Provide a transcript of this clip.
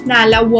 Nala